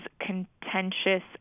contentious